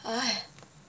!aiya!